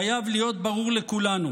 חייב להיות ברור לכולנו